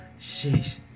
sheesh